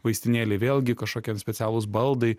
vaistinėlėj vėlgi kažkokie ten specialūs baldai